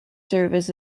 service